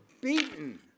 beaten